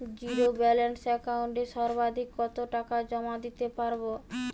Zero balance একাউন্টে সর্বাধিক কত টাকা জমা দিতে পারব?